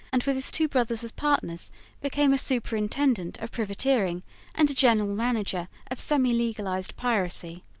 and with his two brothers as partners became a superintendent of privateering and a general manager of semi-legalized piracy.